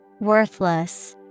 Worthless